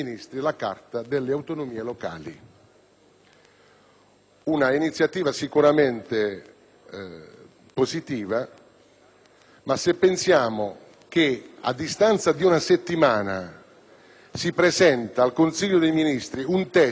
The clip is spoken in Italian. parere è grave che, a distanza di una settimana, si presenti al Consiglio dei Ministri un testo che avrebbe dovuto essere propedeutico alla discussione in corso in questa Aula e che avrebbe chiarito